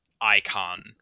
icon